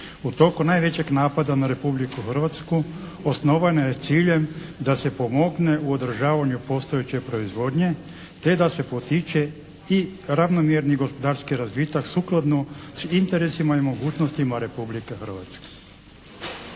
u toku najvećeg napada na Republiku Hrvatsku. Osnovana je s ciljem da se pomogne u održavanju postojeće proizvodnje te da se potiče i ravnomjerni gospodarski razvitak sukladno s interesima i mogućnostima Republike Hrvatske.